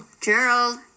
Gerald